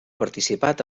participat